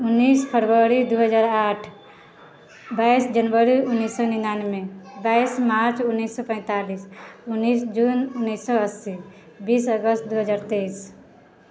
उनैस फरवरी दू हजार आठ बाइस जनवरी उनैस सओ निनानबे बाइस मार्च उनैस सओ पैँतालिस उनैस जून उनैस सओ अस्सी बीस अगस्त दू हजार तेइस